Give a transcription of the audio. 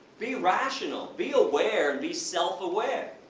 be rational, be aware and be self-aware!